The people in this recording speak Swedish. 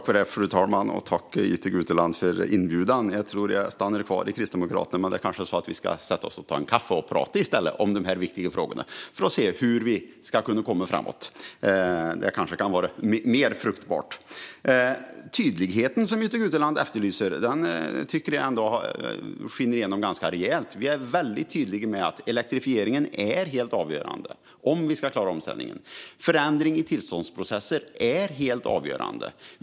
Fru talman! Jag tackar Jytte Guteland för inbjudan. Jag tror att jag stannar kvar i Kristdemokraterna, men det kanske är så att vi i stället ska sätta oss och ta en kaffe och prata om de här viktiga frågorna för att se hur vi ska kunna komma framåt. Det kanske kan vara mer fruktbart. Tydligheten, som Jytte Guteland efterlyser, tycker jag skiner igenom ganska rejält. Vi är väldigt tydliga med att elektrifieringen är helt avgörande om vi ska klara omställningen. Förändringar i tillståndsprocesser är helt avgörande.